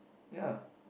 ya